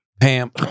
Pam